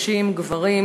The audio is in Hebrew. נשים וגברים,